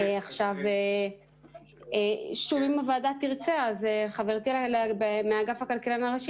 אם הוועדה תרצה חברתי מאגף הכלכלן הראשי